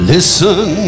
Listen